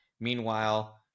Meanwhile